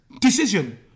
Decision